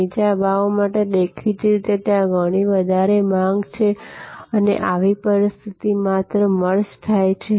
નીચા ભાવ માટેદેખીતી રીતે ત્યાં ઘણી વધારે માંગ છે અને આવી પરિસ્થિતિ માત્ર મર્જ થાય છે